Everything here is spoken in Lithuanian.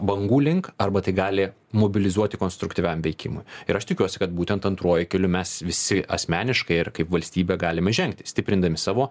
bangų link arba tai gali mobilizuoti konstruktyviam veikimui ir aš tikiuosi kad būtent antruoju keliu mes visi asmeniškai ir kaip valstybė galime žengti stiprindami savo